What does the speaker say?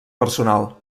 personal